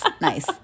nice